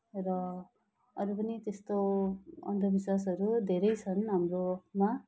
र अरू पनि त्यस्तो अन्धविश्वासहरू धेरै छन् हाम्रोमा